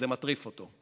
זה מטריף אותו,